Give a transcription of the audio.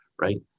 Right